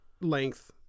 length